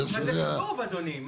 אבל זה כתוב אדוני.